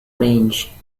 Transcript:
range